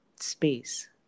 Space